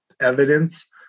evidence